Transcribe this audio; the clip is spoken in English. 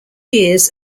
years